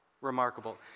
remarkable